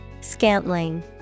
Scantling